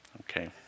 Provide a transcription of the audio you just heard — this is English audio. Okay